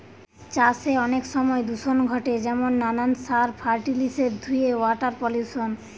চাষে অনেক সময় দূষণ ঘটে যেমন নানান সার, ফার্টিলিসের ধুয়ে ওয়াটার পলিউশন